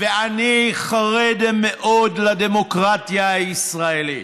ואני חרד מאוד לדמוקרטיה הישראלית.